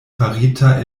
farita